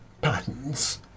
patterns